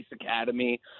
Academy